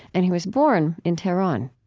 and he was born in tehran